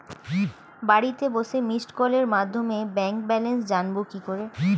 বাড়িতে বসে মিসড্ কলের মাধ্যমে ব্যাংক ব্যালেন্স জানবো কি করে?